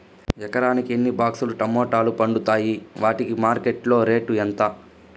ఎకరాకి ఎన్ని బాక్స్ లు టమోటాలు పండుతాయి వాటికి మార్కెట్లో రేటు ఎంత?